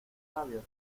labios